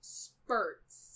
spurts